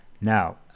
Now